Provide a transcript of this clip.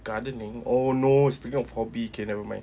gardening oh no speaking of hobby K nevermind